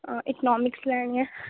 economics ਲੈਣੀ ਆ